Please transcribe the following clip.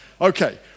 Okay